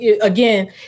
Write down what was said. again